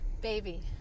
baby